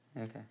Okay